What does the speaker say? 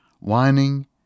Whining